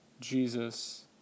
Jesus